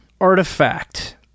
artifact